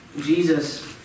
Jesus